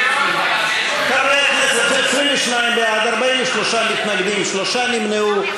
חברי הכנסת, 22 בעד, 43 מתנגדים, שלושה נמנעו.